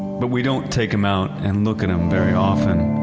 but we don't take them out and look at them very often.